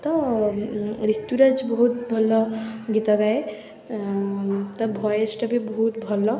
ତ ରିତୁରାଜ ବହୁତ ଭଲ ଗୀତଗାଏ ତା' ଭଏସ୍ଟା ବହୁତ ଭଲ